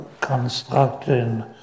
constructing